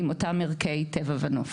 עם אותם ערכי טבע ונוף?